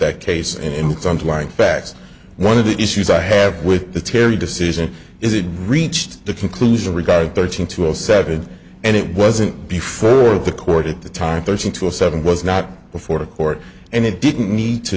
like facts one of the issues i have with the terry decision is it reached the conclusion regarding thirteen to all seven and it wasn't before the court at the time thirteen to a seven was not before the court and it didn't need to